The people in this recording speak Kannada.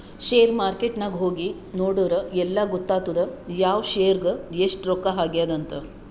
ಶೇರ್ ಮಾರ್ಕೆಟ್ ನಾಗ್ ಹೋಗಿ ನೋಡುರ್ ಎಲ್ಲಾ ಗೊತ್ತಾತ್ತುದ್ ಯಾವ್ ಶೇರ್ಗ್ ಎಸ್ಟ್ ರೊಕ್ಕಾ ಆಗ್ಯಾದ್ ಅಂತ್